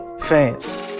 fans